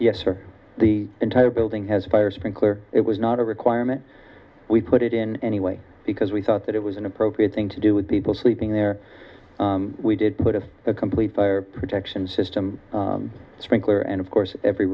yes for the entire building has a fire sprinkler it was not a requirement we put it in anyway because we thought that it was an appropriate thing to do with people sleeping there we did put us a complete fire protection system sprinkler and of course every